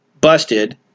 busted